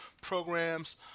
programs